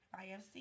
IFC